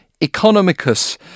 economicus